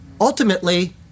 Ultimately